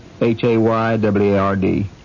H-A-Y-W-A-R-D